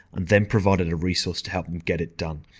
and then provided a resource to help them get it done.